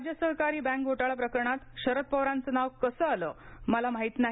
राज्य सहकारी बँक घोटाळा प्रकरणात शरद पवारांचत्राव कसं आलं मला माहीत नाही